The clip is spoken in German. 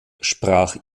sprach